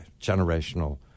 Generational